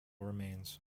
remains